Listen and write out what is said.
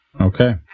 Okay